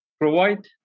provide